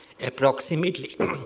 approximately